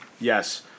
Yes